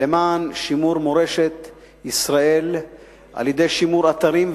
למען שימור מורשת ישראל על-ידי שימור אתרים,